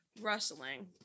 rustling